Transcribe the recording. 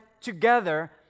together